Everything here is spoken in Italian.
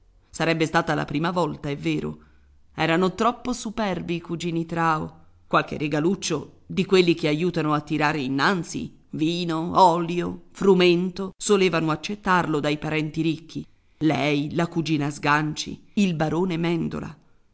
sarebbe stata la prima volta è vero erano troppo superbi i cugini trao qualche regaluccio di quelli che aiutano a tirare innanzi vino olio frumento solevano accettarlo dai parenti ricchi lei la cugina sganci il barone mèndola